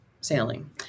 sailing